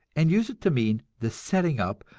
and use it to mean the setting up,